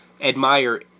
admire